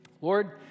Lord